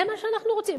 זה מה שאנחנו רוצים.